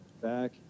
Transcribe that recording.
back